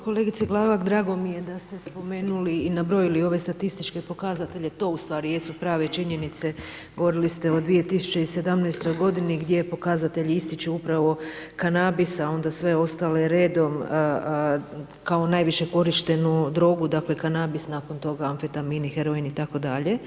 Kolegice Glavak, drago mi je da ste spomenuli i nabrojili ove statističke pokazatelje, to ustvari jesu prave činjenice, govorili ste o 2017. g. gdje pokazatelji ističu upravo kanabis a onda sve ostalo je redom kao najviše korištenu drogu, dakle kanabis, nakon toga amfetamini, heroin itd.